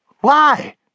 Why